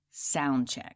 soundcheck